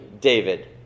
David